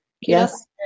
yes